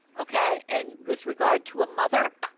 okay. and with regard to a mother,